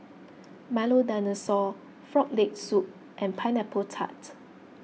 Milo Dinosaur Frog Leg Soup and Pineapple Tart